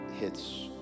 hits